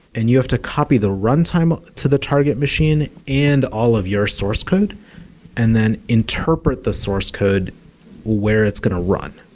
and you have to copy the runtime ah to the target machine and all of your source code and then interpret the source code where it's going to run.